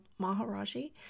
Maharaji